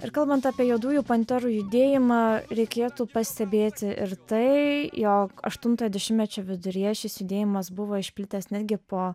ir kalbant apie juodųjų panterų judėjimą reikėtų pastebėti ir tai jog aštuntojo dešimtmečio viduryje šis judėjimas buvo išplitęs netgi po